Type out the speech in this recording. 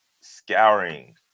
scouring